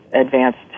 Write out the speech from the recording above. advanced